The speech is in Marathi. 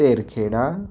पेरखेडा